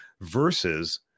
versus